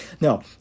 No